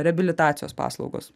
reabilitacijos paslaugos